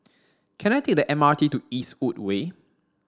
can I take the M R T to Eastwood Way